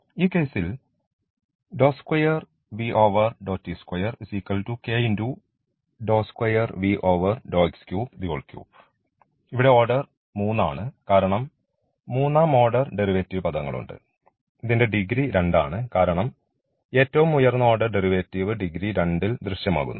ഈ കേസിൽ ഇവിടെ ഓർഡർ 3 ആണ് കാരണം മൂന്നാം ഓർഡർ ഡെറിവേറ്റീവ് പദങ്ങൾ ഉണ്ട് ഇതിൻറെ ഡിഗ്രി 2 ആണ് കാരണം ഏറ്റവും ഉയർന്ന ഓർഡർ ഡെറിവേറ്റീവ് ഡിഗ്രി 2 ൽ ദൃശ്യമാകുന്നു